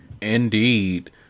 Indeed